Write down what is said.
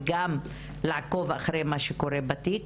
וגם לעקוב אחר מה שקורה בתיק,